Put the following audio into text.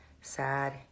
sad